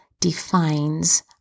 defines